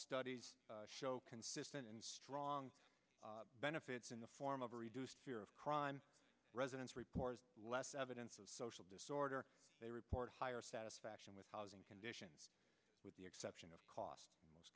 studies show consistent and strong benefits in the form of a reduced fear of crime residents report less evidence of social disorder they report higher satisfaction with housing conditions with the exception of cost